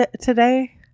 today